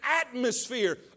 atmosphere